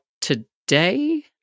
today